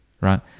right